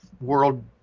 world